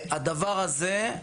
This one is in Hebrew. והדבר הזה,